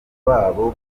babo